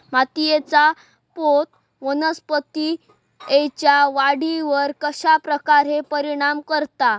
मातीएचा पोत वनस्पतींएच्या वाढीवर कश्या प्रकारे परिणाम करता?